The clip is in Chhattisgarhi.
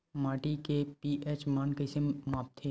माटी के पी.एच मान कइसे मापथे?